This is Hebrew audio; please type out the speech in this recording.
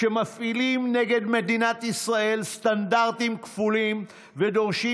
כשמפעילים נגד מדינת ישראל סטנדרטים כפולים ודורשים